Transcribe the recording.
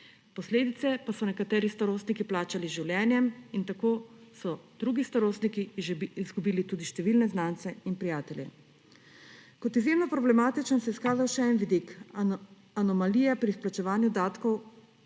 Posledice pa so nekateri starostniki plačali z življenjem in tako so drugi starostniki izgubili tudi številne znance in prijatelje. Kot izjemno problematičen se je izkazal še en vidik – anomalije pri izplačevanju dodatkov